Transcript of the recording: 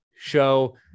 show